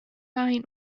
fine